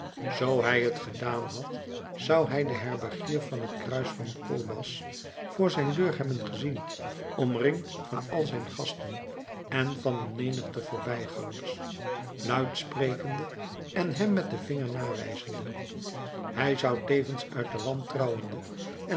zoo hij t gedaan had zou hij den herbergier van het kruis van colbas voor zijn deur hebben gezien omringd van al zijn gasten en van een menigte voorbijgangers luid sprekende en hem met den vinger nawijzende hij zou tevens uit de wantrouwende